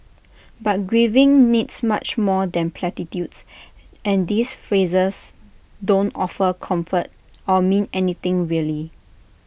but grieving needs much more than platitudes and these phrases don't offer comfort or mean anything really